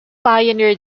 pioneered